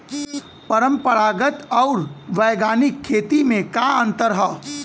परंपरागत आऊर वैज्ञानिक खेती में का अंतर ह?